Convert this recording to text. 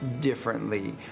differently